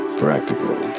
practical